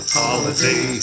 holiday